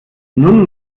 nun